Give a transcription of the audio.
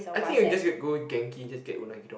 I think I'm just gonna go Genki just get unagi-don